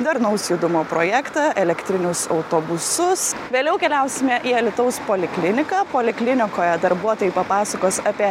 darnaus judumo projektą elektrinius autobusus vėliau keliausime į alytaus polikliniką poliklinikoje darbuotojai papasakos apie